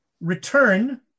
Return